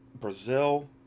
Brazil